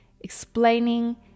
explaining